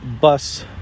bus